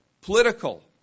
political